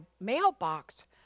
mailbox